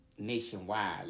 nationwide